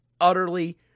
utterly